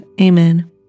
Amen